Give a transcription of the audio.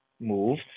move